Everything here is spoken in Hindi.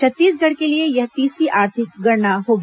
छत्तीसगढ़ के लिए यह तीसरी आर्थिक गणना होगी